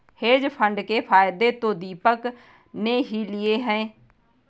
hedge fund के फायदे तो दीपक ने ही लिए है